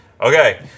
okay